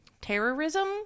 terrorism